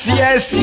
yes